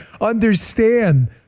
understand